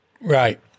Right